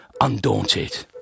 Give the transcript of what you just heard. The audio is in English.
undaunted